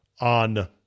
on